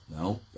No